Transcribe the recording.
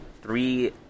Three